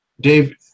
Dave